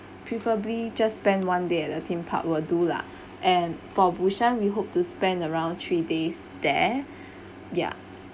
preferably just spend one day at the theme park will do lah and for busan we hope to spend around three days there ya